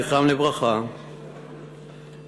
זכרם לברכה,